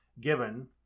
given